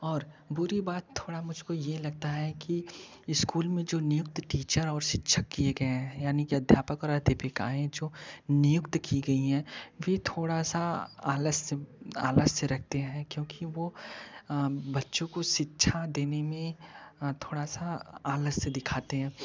और बुरी बात थोड़ा मुझको ये लगता है कि इस्कूल में जो नियुक्त टीचर और शिक्षक किए गए हैं यानी कि अध्यापक और अध्यापिकाएँ जो नियुक्त की गई है वे थोड़ा सा आलस्य आलस्य रखते हैं क्योंकि वो बच्चों को शिक्षा देने में थोड़ा सा आलस्य दिखाते हैं